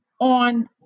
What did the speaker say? on